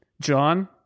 John